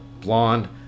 blonde